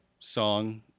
song